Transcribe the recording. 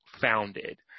founded